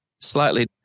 slightly